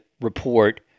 report